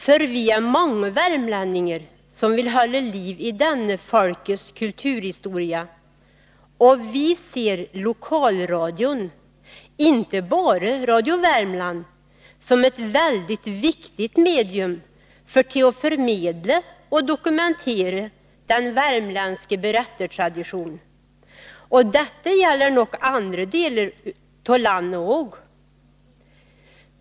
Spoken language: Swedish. För vi ä mange i Värmland som vill hölle liv i denne fölkes kulturhistoria, å vi ser lokalradion — inte bare Radio Värmland — som ett väldigt viktigt medium för te å förmedle å dokumentere den värmlänske berättertradition, å dette gäller nåk andre deler tå lanne åg.